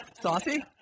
Saucy